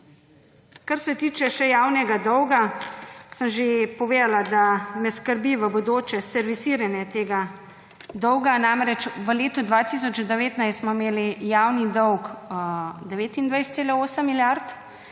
Kar se tiče javnega dolga, sem že povedala, da me skrbi v bodoče servisiranje tega dolga. Namreč, v letu 2019 smo imeli javni dolg 29,8 milijard,